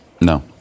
No